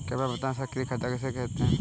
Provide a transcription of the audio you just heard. कृपया बताएँ सक्रिय खाता किसे कहते हैं?